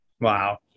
Wow